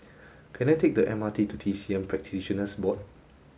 can I take the M R T to T C M Practitioners Board